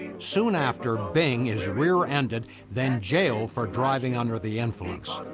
soon after, bing is rear ended, then jailed for driving under the influence.